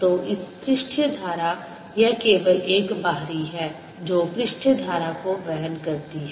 तो इस तरह पृष्ठीय धारा यह केवल एक बाहरी है जो पृष्ठीय धारा को वहन करती है